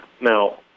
Now